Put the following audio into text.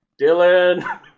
Dylan